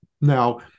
Now